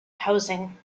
housing